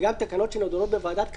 וגם תקנות שנידונות בוועדת הכלכלה,